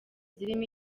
zirimo